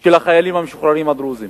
של החיילים המשוחררים הדרוזים.